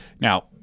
Now